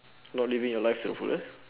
not living your life to the fullest